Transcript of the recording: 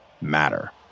matter